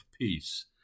peace